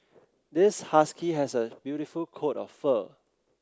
this husky has a beautiful coat of fur